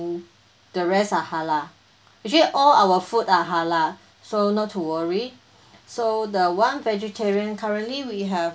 the rest are halal actually all our food are halal so not to worry so the one vegetarian currently we have